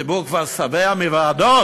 הציבור כבר שבע מוועדות,